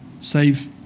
save